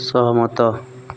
ସହମତ